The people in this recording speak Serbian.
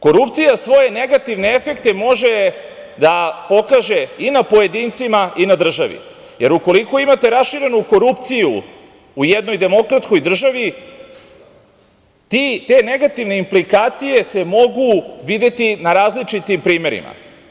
Korupcija svoje negativne efekte može da pokaže i na pojedincima i na državi, jer ukoliko imate raširenu korupciju u jednoj demokratskoj državi, te negativne implikacije se mogu videti na različitim primerima.